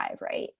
right